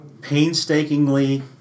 painstakingly